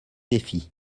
défi